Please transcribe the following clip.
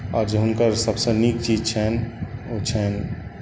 और जे हुनकर सबसँ नीक चीज छनि ओ छनि